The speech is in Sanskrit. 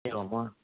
एवं वा